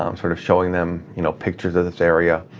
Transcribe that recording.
um sort of showing them you know pictures of this area,